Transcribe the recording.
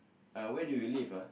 uh where do you live ah